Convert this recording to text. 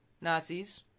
Nazis